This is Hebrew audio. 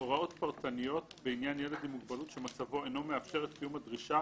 הוראות פרטניות בעניין ילד עם מוגבלות שמצבו אינו מאפשר את קיום הדרישות